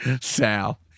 Sal